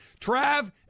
Trav